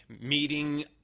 meeting